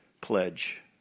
pledge